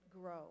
grow